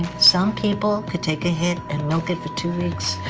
some people could take a hit and milk it for two weeks.